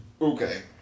Okay